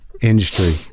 industry